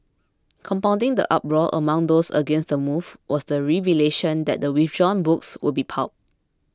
compounding the uproar among those against the move was the revelation that the withdrawn books would be pulped